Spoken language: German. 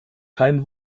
kein